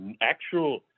actual